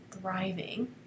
thriving